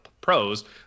pros